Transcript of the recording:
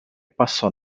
passò